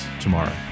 tomorrow